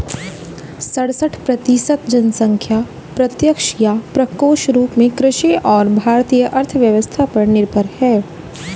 सड़सठ प्रतिसत जनसंख्या प्रत्यक्ष या परोक्ष रूप में कृषि और भारतीय अर्थव्यवस्था पर निर्भर है